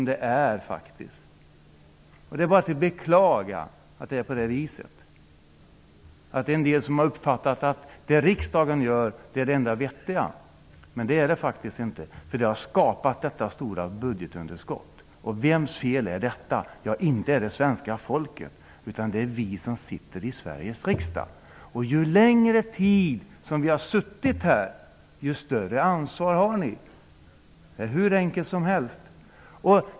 Det är bara att beklaga att en del har uppfattningen att det som riksdagen gör är det enda vettiga. Det är det faktiskt inte. Den har skapat detta stora budgetunderskott. Vems fel är det? Det är inte svenska folkets fel, utan det är vi som sitter i Sveriges riksdag som har gjort fel. Ju längre tid som vi har suttit här, desto större ansvar har vi. Det är hur enkelt som helst.